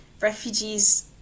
refugees